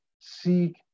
seek